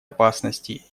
опасности